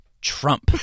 Trump